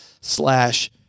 slash